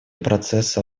процесса